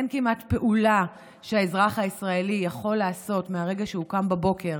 אין כמעט פעולה שהאזרח הישראלי יכול לעשות מרגע שהוא קם בבוקר